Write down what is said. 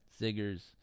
Ziggers